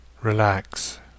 relax